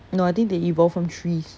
no I think they evolve from trees